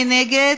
מי נגד?